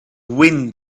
wind